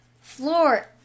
floor